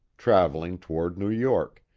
traveling toward new york,